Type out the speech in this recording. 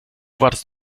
wartest